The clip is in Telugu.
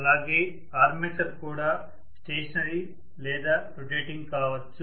అలాగే ఆర్మేచర్ కూడా స్టేషనరీ లేదా రొటేటింగ్ కావచ్చు